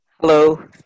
Hello